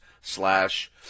slash